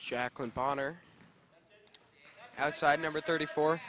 jacqueline bonner outside number thirty four